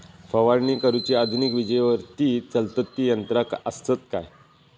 फवारणी करुची आधुनिक विजेवरती चलतत ती यंत्रा आसत काय?